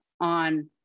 on